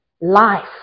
Life